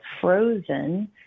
frozen